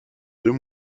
deux